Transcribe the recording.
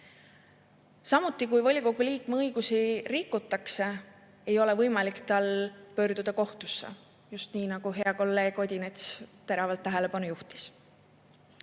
Samuti, kui volikogu liikme õigusi rikutakse, ei ole võimalik tal pöörduda kohtusse, just nii, nagu hea kolleeg Odinets teravalt tähelepanu juhtis.